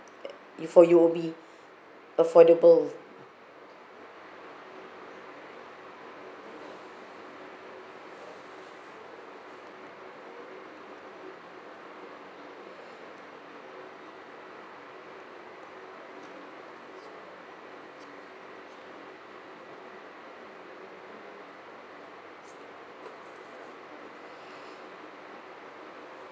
for U_O_B affordable